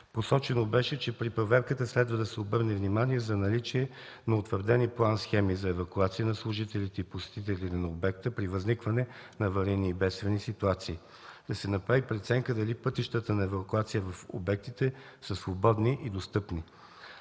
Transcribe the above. Посочено беше, че при проверката следва да се обърне внимание за наличие на утвърдени план схеми за евакуация на служителите и посетителите на обекта при възникване на аварийни и бедствени ситуации. Да се направи преценка дали пътищата на евакуация в обектите са свободни и достъпни.